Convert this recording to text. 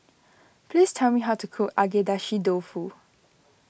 please tell me how to cook Agedashi Dofu